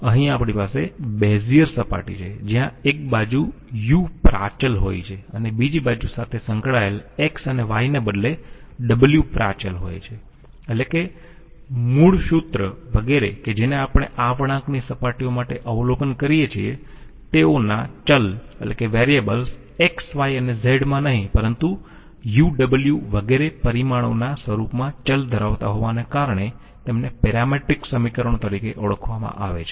અહીં આપણી પાસે બેઝીઅર સપાટી છે જ્યા એક બાજુ u પ્રાચલ હોય છે અને બીજી બાજુ સાથે સંકળાયેલ x અને y ને બદલે w પ્રાચલ હોય છે એટલે કે મૂળ સૂત્ર વગેરે કે જેને આપણે આ વળાંકની સપાટીઓ માટે અવલોકન કરીયે છીએ તેઓ ના ચલ x y અને z માં નહીં પરંતુ u w વગેરે પરિમાણોના સ્વરૂપમાં ચલ ધરાવતા હોવાને કારણે તેમને પેરામેટ્રિક સમીકરણો તરીકે ઓળખવામાં આવે છે